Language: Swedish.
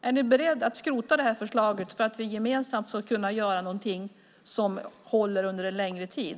Är ni beredda att skrota förslaget så att vi gemensamt kan göra något som håller under en längre tid?